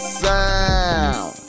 sound